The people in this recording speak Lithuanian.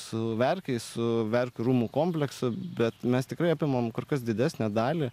su verkiais su verkių rūmų kompleksu bet mes tikrai apimam kur kas didesnę dalį